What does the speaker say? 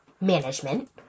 management